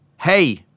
Hey